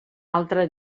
altre